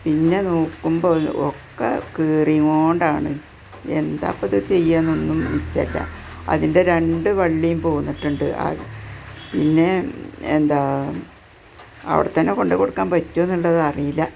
പിന്നെ നോക്കുമ്പോൾ ഒക്കെ കീറിയതു കൊണ്ടാണ് എന്താ ഇപ്പമിത് ചെയ്യാന്നൊന്നും നിച്ചമില്ല അതിന്റെ രണ്ടു വള്ളിയും പോന്നിട്ടുണ്ട് അ പിന്നെ എന്താ അവിടെത്തന്നെ കൊണ്ടു കൊടുക്കാന് പറ്റുമോ എന്നുള്ളതറിയില്ല